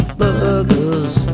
burgers